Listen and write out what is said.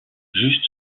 juste